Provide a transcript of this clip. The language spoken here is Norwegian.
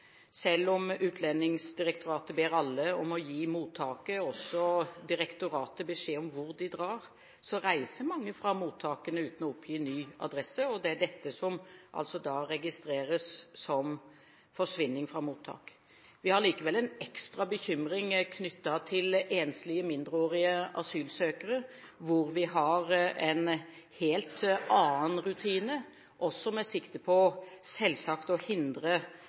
Selv om Utlendingsdirektoratet ber alle om å gi mottaket og også direktoratet beskjed om hvor de drar, reiser mange fra mottakene uten å oppgi ny adresse, og det er dette som da registreres som forsvinning fra mottak. Vi har likevel en ekstra bekymring knyttet til enslige mindreårige asylsøkere, hvor vi har en helt annen rutine også selvsagt med sikte på å hindre